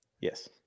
yes